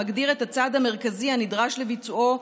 המגדיר את הצעד המרכזי הנדרש לביצועו,